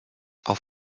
auf